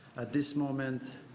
at this moment